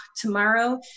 tomorrow